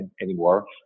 anymore